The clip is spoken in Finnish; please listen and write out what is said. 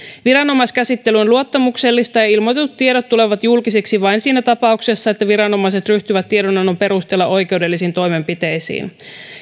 viranomaiskäsittely on luottamuksellista ja ilmoitetut tiedot tulevat julkisiksi vain siinä tapauksessa että viranomaiset ryhtyvät tiedonannon perusteella oikeudellisiin toimenpiteisiin